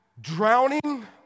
drowning